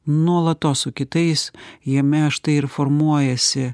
nuolatos su kitais jame štai ir formuojasi